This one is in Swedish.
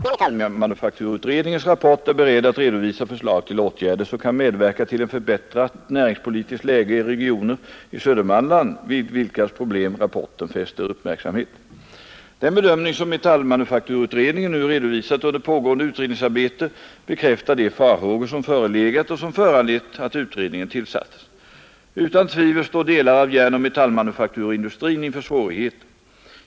Fru talman! Herr Gustavsson i Eskilstuna har frågat mig om jag i anledning av metallmanufakturutredningens rapport är beredd att redovisa förslag till åtgärder som kan medverka till ett förbättrat näringspolitiskt läge i regioner i Södermanland, vid vilkas problem rapporten fäster uppmärksamhet. Den bedömning som metallmanufakturutredningen nu redovisat under pågående utredningsarbete bekräftar de farhågor som förelegat och som föranlett att utredningen tillsattes. Utan tvivel står delar av järnoch metallmanufakturindustrin inför svårigheter.